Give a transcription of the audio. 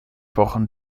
pochen